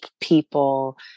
people